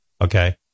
Okay